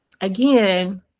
again